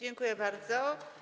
Dziękuję bardzo.